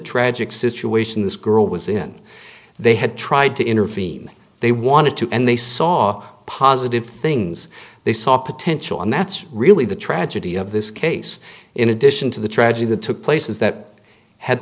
tragic situation this girl was in they had tried to intervene they wanted to and they saw positive things they saw potential and that's really the tragedy of this case in addition to the tragedy that took place is that had